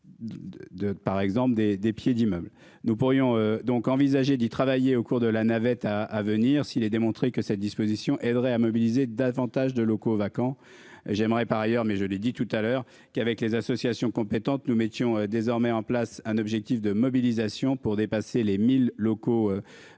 par exemple des des pieds d'immeubles. Nous pourrions donc envisager d'y travailler, au cours de la navette à à venir s'il est démontré que cette disposition aiderait à mobiliser davantage de locaux vacants. J'aimerais par ailleurs mais je l'ai dit tout à l'heure qu'avec les associations compétentes nous mettions désormais en place un objectif de mobilisation pour dépasser les 1000 locaux.